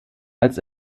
als